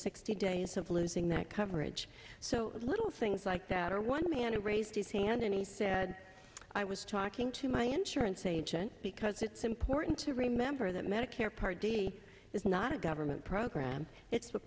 sixty days of losing that coverage so little things like that are one man raised his hand and he said i was talking to my insurance agent because it's important to remember that medicare part d is not a government